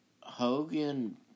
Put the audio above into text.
Hogan